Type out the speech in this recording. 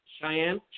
Cheyenne